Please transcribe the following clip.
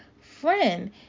friend